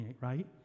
right